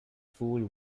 fool